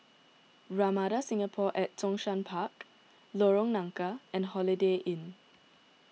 Ramada Singapore at Zhongshan Park Lorong Nangka and Holiday Inn